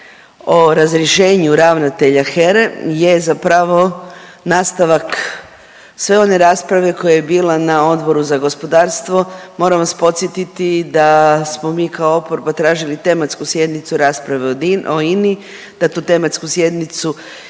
o razrješenju ravnatelja HERA-e je zapravo nastavak sve one rasprave koja je bila na Odboru za gospodarstvo. Moram vas podsjetiti da smo mi kao oporba tražili tematsku sjednicu rasprave o INA-i, da tu tematsku sjednicu